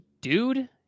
dude